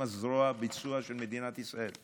הן זרוע הביצוע של מדינת ישראל.